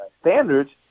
standards